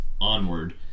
onward